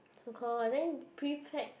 so called I think prepacked